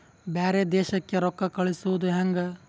ಬ್ಯಾರೆ ದೇಶಕ್ಕೆ ರೊಕ್ಕ ಕಳಿಸುವುದು ಹ್ಯಾಂಗ?